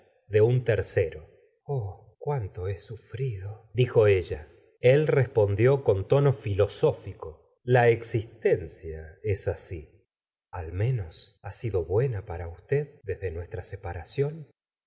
de un tercero oh cuánto he sufrido dijo ella la señora de bovary rl respondió con tono filosófico la existencia es asi al menos ha sido buena para usted desde nues tra separación